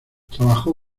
trabajó